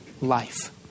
life